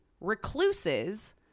recluses